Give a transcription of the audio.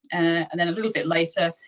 and then a little bit later,